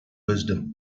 wisdom